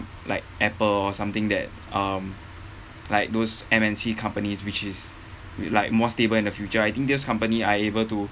like Apple or something that um like those M_N_C companies which is like more stable in the future I think these company are able to